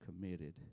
committed